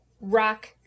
Rock